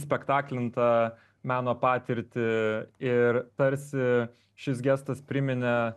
spektaklintą meno patirtį ir tarsi šis gestas priminė